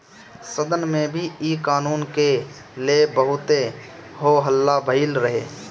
सदन में भी इ कानून के ले बहुते हो हल्ला भईल रहे